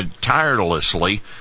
tirelessly